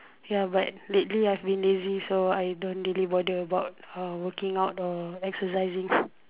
ya but lately I've been lazy so I don't really bother about working out or exercising